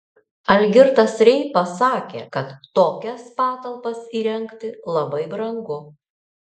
algirdas reipa sakė kad tokias patalpas įrengti labai brangu